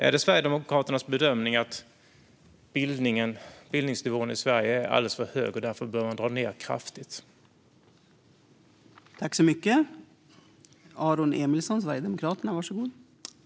Är det Sverigedemokraternas bedömning att bildningsnivån i Sverige är alldeles för hög och att man därför bör dra ned kraftigt på folkbildningen?